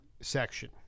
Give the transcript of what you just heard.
section